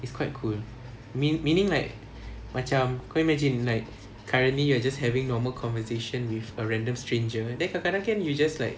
it's quite cool mean meaning like macam kau imagine like currently you are just having normal conversation with a random stranger then kadang-kadang kan you just like